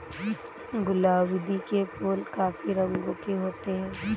गुलाउदी के फूल काफी रंगों के होते हैं